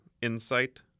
insight